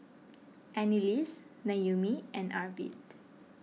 Anneliese Noemie and Arvid